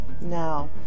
Now